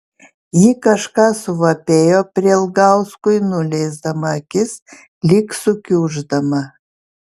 ji kažką suvapėjo prielgauskui nuleisdama akis lyg sukiuždama